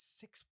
six